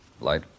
Light